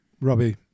Robbie